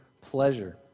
pleasure